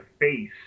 face